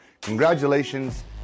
Congratulations